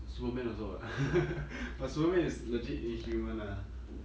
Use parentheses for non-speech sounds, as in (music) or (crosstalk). superman also [what] (laughs) but superman is legit inhuman ah